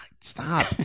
stop